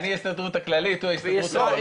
אני ההסתדרות הכללית, הוא ההסתדרות הלאומית.